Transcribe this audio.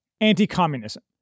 anti-communism